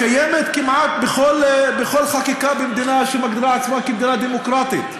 היא קיימת כמעט בכל חקיקה במדינה שמגדירה עצמה מדינה דמוקרטית.